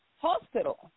hospital